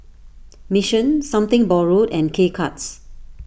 Mission Something Borrowed and K Cuts